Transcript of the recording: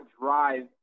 drive